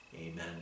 Amen